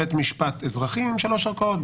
בית משפט אזרחי עם שלוש ערכאות,